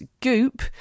Goop